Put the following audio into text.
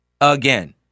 Again